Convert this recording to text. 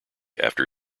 after